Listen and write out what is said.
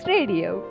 Radio